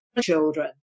children